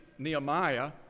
Nehemiah